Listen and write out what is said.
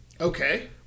Okay